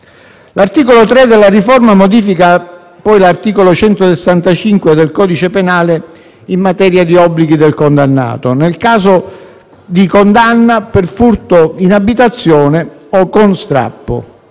L'articolo 3 della riforma modifica poi l'articolo 165 del codice penale in materia di obblighi del condannato, nel caso di condanna per furto in abitazione o con strappo,